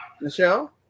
Michelle